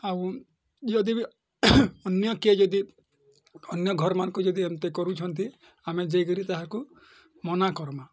ଆଉ ଯଦି ବି ଅନ୍ୟ କେହି ଯଦି ଅନ୍ୟ ଘର ମାନକୁ ଯଦି ଏମିତି କରୁଛନ୍ତି ଆମେ ଯାଇକରି ତାହାକୁ ମନା କର୍ମା